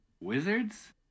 Wizards